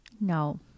No